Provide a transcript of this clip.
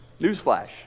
newsflash